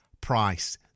Price